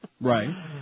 right